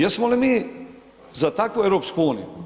Jesmo li mi za takvu EU?